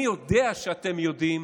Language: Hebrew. אני יודע שאתם יודעים.